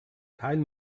kein